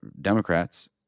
Democrats